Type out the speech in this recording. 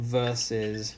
versus